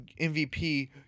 MVP